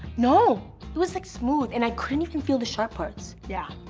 no, it was, like, smooth, and i couldn't even feel the sharp parts. yeah,